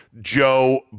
Joe